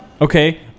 Okay